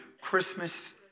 Christmas